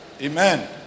Amen